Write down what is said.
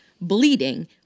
bleeding